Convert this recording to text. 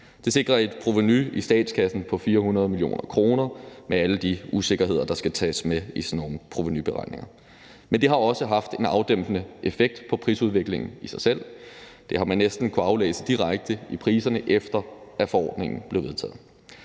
Det sikrer et provenu i statskassen på 400 mio. kr., og det er med alle de usikkerheder, der skal tages med i sådan nogle provenuberegninger. Men det har også haft en afdæmpende effekt på prisudviklingen i sig selv. Det har man næsten kunnet aflæse direkte i priserne, efter at forordningen blev vedtaget.